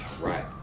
Right